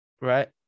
right